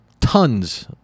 tons